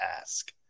ask